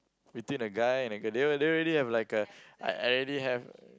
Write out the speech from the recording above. between a guy and a girl they they already have a I already have